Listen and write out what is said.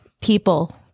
people